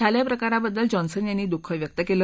झाल्या प्रकाराबद्दल जॉन्सन यांनी दुःख व्यक्त केलं